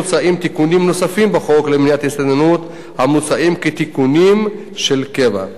מוצעים תיקונים נוספים בחוק למניעת הסתננות המוצעים כתיקונים של קבע.